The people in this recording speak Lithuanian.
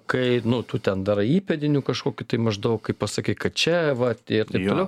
kai nu tu ten darai įpėdiniu kažkokiu tai maždaug kai pasakai kad čia va ir taip toliau